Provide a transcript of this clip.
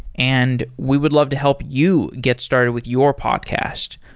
and we would love to help you get started with your podcast.